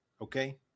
Okay